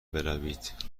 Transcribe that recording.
بروید